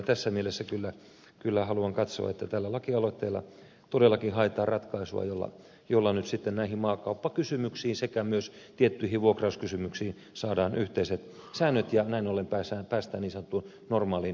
tässä mielessä kyllä haluan katsoa että tällä lakialoitteella todellakin haetaan ratkaisua jolla nyt sitten näihin maakauppakysymyksiin sekä myös tiettyihin vuokrauskysymyksiin saadaan yhteiset säännöt ja näin ollen päästään niin sanottuun normaaliin